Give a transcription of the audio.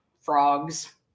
frogs